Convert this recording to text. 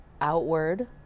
outward